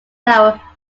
narrow